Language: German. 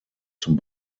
zum